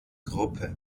gruppe